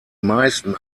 meisten